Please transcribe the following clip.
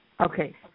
Okay